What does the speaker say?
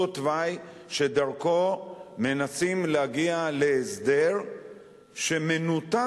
אותו תוואי שדרכו מנסים להגיע להסדר שמנותק,